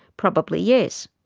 probably yes.